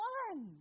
one